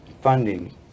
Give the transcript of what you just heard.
funding